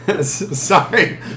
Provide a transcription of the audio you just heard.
sorry